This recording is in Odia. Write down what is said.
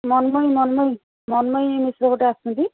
ମନ୍ମୟୀ ମନ୍ମୟୀ ମନ୍ମୟୀ ମିଶ୍ର ଗୋଟିଏ ଆସୁଛନ୍ତି